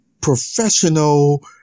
professional